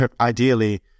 ideally